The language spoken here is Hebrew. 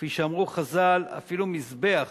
כפי שאמרו חז"ל, "אפילו מזבח